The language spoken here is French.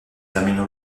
termine